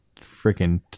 freaking